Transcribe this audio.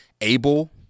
able